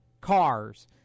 cars